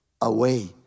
away